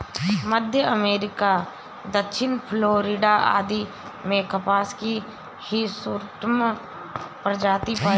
मध्य America, दक्षिणी Florida आदि में कपास की हिर्सुटम प्रजाति पाई जाती है